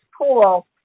pool